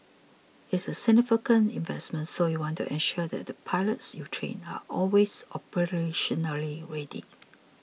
it's a significant investment so you want to ensure that the pilots you train are always operationally ready